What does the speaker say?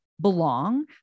belong